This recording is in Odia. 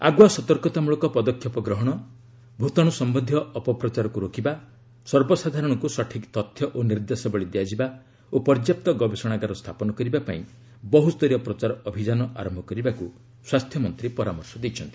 ଆଗୁଆ ସତର୍କତାମଳକ ପଦକ୍ଷେପ ଗ୍ରହଣ ଭୂତାଣୁ ସମ୍ଭନ୍ଧୀୟ ଅପପ୍ରଚାରକ୍ତ ରୋକିବା ସର୍ବସାଧାରଣଙ୍କ ସଠିକ୍ ତଥ୍ୟ ଓ ନିର୍ଦ୍ଦେଶାବଳୀ ଦିଆଯିବା ଓ ପର୍ଯ୍ୟାପ୍ତ ଗବେଷଣାଗାର ସ୍ଥାପନ କରିବା ପାଇଁ ବହୁସ୍ତରୀୟ ପ୍ରଚାର ଅଭିଯାନ ଆରମ୍ଭ କରିବାକୁ ସ୍ୱାସ୍ଥ୍ୟ ମନ୍ତ୍ରୀ ପରାମର୍ଶ ଦେଇଛନ୍ତି